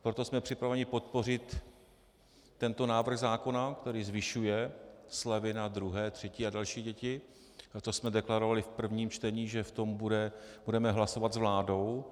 Proto jsme připraveni podpořit tento návrh zákona, který zvyšuje slevy na druhé, třetí a další děti, a to jsme deklarovali v prvním čtení, že v tom budeme hlasovat s vládou.